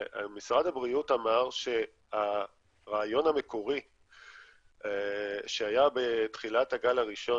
משרד הבריאות אמר שהרעיון המקורי שהיה בתחילת הגל הראשון,